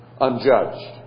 unjudged